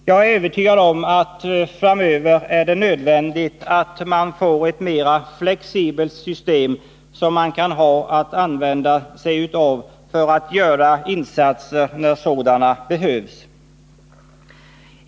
Jag är övertygad om att det framöver är nödvändigt att få ett mer flexibelt system för att göra insatser när sådana behövs.